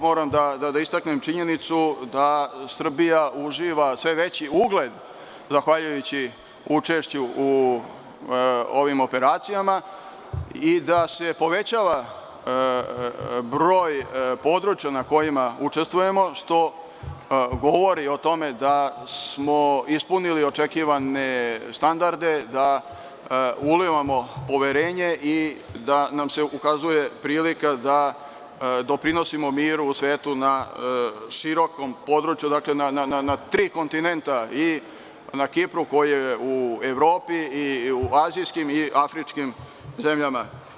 Moram da istaknem činjenicu da Srbija uživa sve veći ugled, zahvaljujući učešću u ovim operacijama, i da se povećava broj područja na kojima učestvujemo, što govori o tome da smo ispunili očekivane standarde, da ulivamo poverenje i da nam se ukazuje prilika da doprinosimo miru u svetu na širokom području, dakle, na tri kontinenta, na Kipru koji je u Evropi i u azijskim i afričkim zemljama.